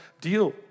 deal